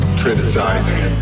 criticizing